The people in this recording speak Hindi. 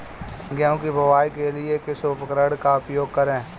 गेहूँ की बुवाई के लिए किस उपकरण का उपयोग करें?